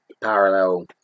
parallel